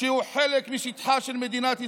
שהוא חלק משטחה של מדינת ישראל,